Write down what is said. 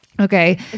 Okay